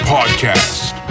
Podcast